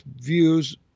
views